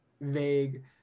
vague